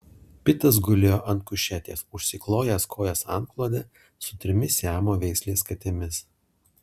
pitas gulėjo ant kušetės užsiklojęs kojas antklode su trimis siamo veislės katėmis